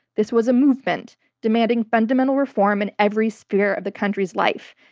this was a movement demanding fundamental reform in every sphere of the country's life.